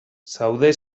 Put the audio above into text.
zaude